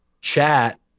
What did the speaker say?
chat